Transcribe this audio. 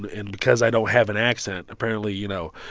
and because i don't have an accent apparently, you know,